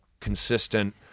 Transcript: consistent